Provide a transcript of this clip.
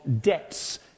debts